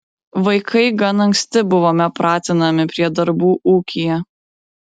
vaikai gan anksti buvome pratinami prie darbų ūkyje